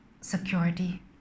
security